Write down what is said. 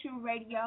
Radio